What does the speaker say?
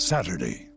Saturday